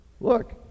Look